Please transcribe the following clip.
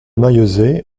maillezais